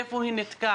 איפה היא נתקעת,